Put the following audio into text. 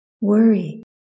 worry